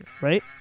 right